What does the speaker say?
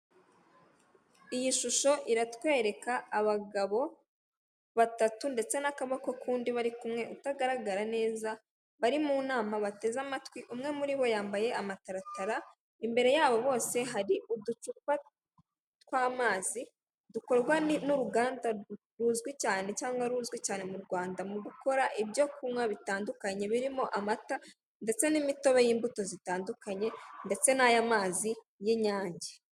Iyi shusho iratwereka abagabo batatu ndetse n'akaboko k'undi bari kumwe utagaragara neza, bari mu nama bateze amatwi umwe muri bo yambaye amataratara imbere yabo bose hari uducupa tw'amazi dukorwa n'uruganda ruzwi cyane cyangwa ruzwi cyane mu Rwanda mu gukora ibyo kunywa bitandukanye birimo; amata ndetse n'imitobe y'imbuto zitandukanye ndetse naya mazi y'inyange.